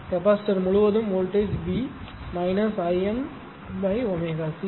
capacitor முழுவதும் voltage V I m ω C